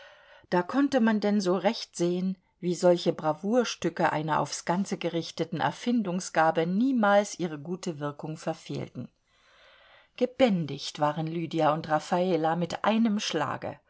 da konnte man denn so recht sehen wie solche bravourstücke einer auf's ganze gerichteten erfindungsgabe niemals ihre gute wirkung verfehlen gebändigt waren lydia und raffala mit einem schlage